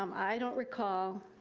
um i don't recall,